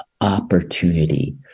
opportunity